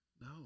No